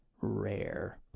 Rare